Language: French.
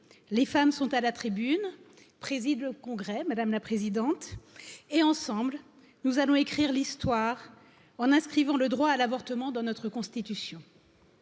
les femmes sont à la tribune Président, au Congrès, Mᵐᵉ la Présidente, et ensemble, nous allons écrire l'histoire en inscrivant le droit à l'avortement dans notre Constitution.